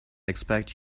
expect